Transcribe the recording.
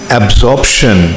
absorption